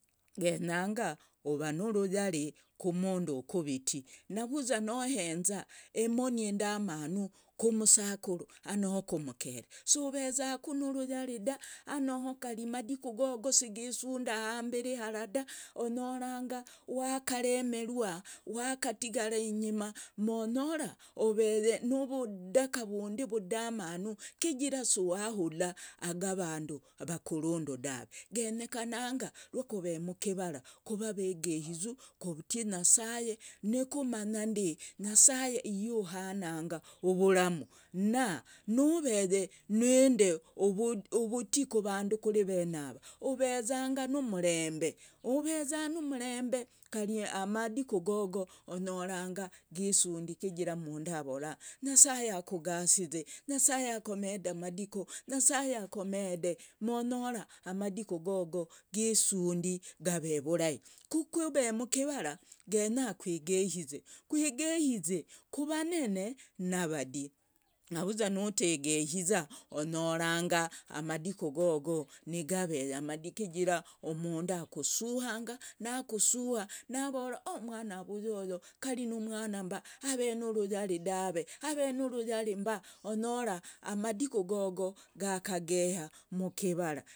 Genyanga uva nuruyari ku mundu akuviti. Navuza nohenza emoni indamanu kumusakuru anoho kumukere si ovezaku nuruyari dave, anoho kari madiku gogo si gisunda hambiri hara da. Onyoranga wakaremerwa, wakatigara inyima. Monyora oveye nuvudaka vundi vudamanu kigira si wahula gavandu vakurundu dave. Genyekananga rwakove mukivara kove avegeizu kutie nyasaye, nikumanya ndi nyasaye iye uhananga uvuramu na nuveye nindi uvutii kuvandu kuri avenava, ovezanga numurembe, uveza numurembe kari amadiku gogo onyoranga gisundi kigira umundu avora nyasaye akugasize, nyasaye akomede madiku, monyora madiku gogo gisundi gave vurahi. Ku kuve mukivara genya kwegehize, kwegehize kuvanene na vadi. Navuza notegehiza, onyoranga madiku gogo nigaveye madi, kigira umundu akuzuhanga nakusuha navora o mwana wa vuyu oyo kari numwana mba, ave nuruyari dave, ave nuruyari mba monyora madiku gogo gakageha mukivara.